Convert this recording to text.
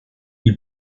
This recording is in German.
die